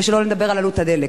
ולא נדבר על עלות הדלק.